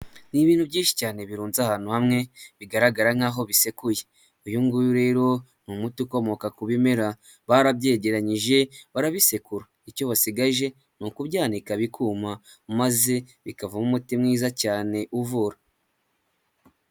Ni ibintu byinshi cyane birunze ahantu hamwe bigaragara nk'aho bisekuye, uyu ngu nguyu rero ni umuti ukomoka ku bimera, barabyegeranyije barabisekura, icyo basigaje ni ukubika bikuma maze bikavamo umuti mwiza cyane uvura.